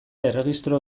erregistro